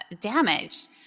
damaged